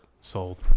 Sold